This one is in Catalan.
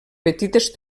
petites